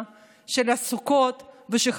בשאר